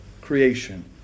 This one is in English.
creation